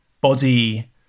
body